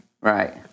Right